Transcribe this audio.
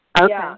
Okay